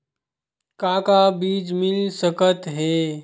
का का बीज मिल सकत हे?